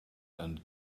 and